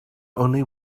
only